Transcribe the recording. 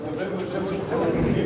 אתה מדבר עם היושב-ראש ואנחנו לא שומעים.